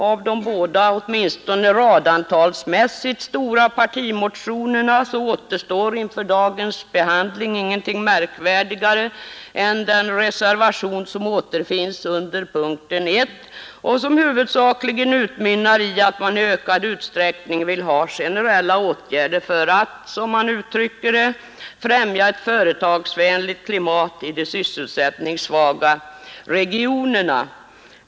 Av de båda åtminstone radantalsmässigt stora partimotionerna återstår inför dagens behandling ingenting märkvärdigare än den reservation som återfinns under punkten 1 och som huvudsakligen utmynnar i att man i ökad utsträckning vill ha generella åtgärder för att, som man uttrycker det, främja ett företagsvänligt klimat i de sysselsättningssvaga regionerna.